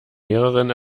mehreren